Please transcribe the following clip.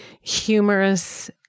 humorous